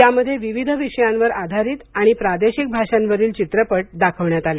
यामध्ये विविध विषयांवर आधारित आणि प्रादेशिक भाषांवरील चित्रपट दाखविण्यात आले